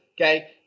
Okay